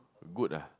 good ah